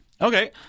Okay